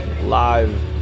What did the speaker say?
live